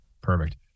Perfect